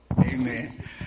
Amen